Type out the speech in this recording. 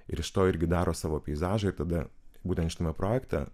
ir iš to irgi daro savo peizažą ir tada būtent šiame projekte